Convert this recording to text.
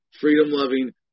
freedom-loving